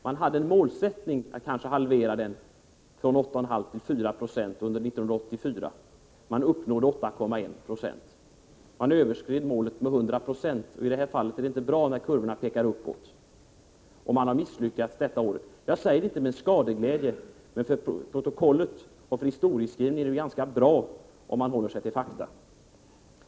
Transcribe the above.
Man hade som målsättning att ungefär halvera inflationstakten, från 8,5 90 till 4 76, under 1984, och man uppnådde 8,1 20. Man överskred målet med 100 96. I det här fallet är det inte bra när kurvorna pekar uppåt. Man har misslyckats detta år. Jag säger det inte med skadeglädje, men för protokollet och för historieskrivningen är det bra om man håller sig till fakta.